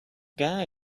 guy